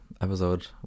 episode